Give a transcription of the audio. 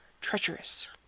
treacherous